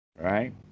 Right